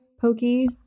pokey